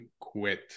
quit